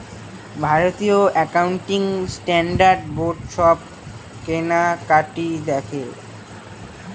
ভারতীয় accounting standard board সব কেনাকাটি দেখে